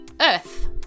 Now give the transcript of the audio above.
Earth